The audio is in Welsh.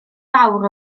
fawr